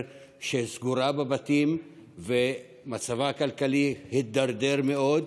שסגורה בבתים ושמצבה הכלכלי הידרדר מאוד,